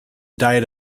diet